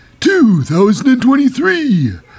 2023